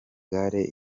gare